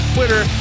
Twitter